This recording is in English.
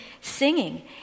singing